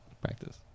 practice